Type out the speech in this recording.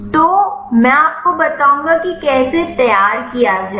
तो मैं आपको बताऊंगा कि कैसे तैयार किया जाए